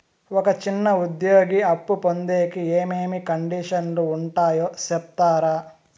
ఒక చిన్న ఉద్యోగి అప్పు పొందేకి ఏమేమి కండిషన్లు ఉంటాయో సెప్తారా?